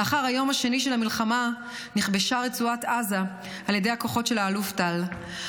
לאחר היום השני של המלחמה נכבשה רצועת עזה על ידי הכוחות של האלוף טל.